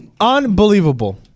Unbelievable